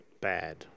bad